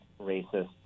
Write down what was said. racist